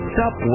Stop